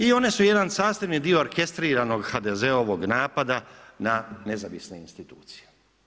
I one su jedan sastavni dio orkestriranog HDZ-ovog napada na nezavisne institucije.